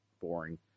boring